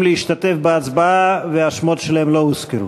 להשתתף בהצבעה והשמות שלהם לא הוזכרו?